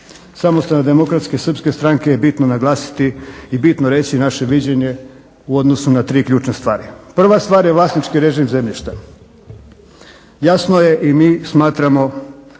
Samostalne demokratske srpske stranke je bitno naglasiti i bitno reći naše viđenje u odnosu na tri ključne stvari. Prva stvar je vlasnički režim zemljišta. Jasno je i mi smatramo